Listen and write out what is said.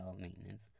maintenance